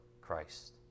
Christ